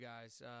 guys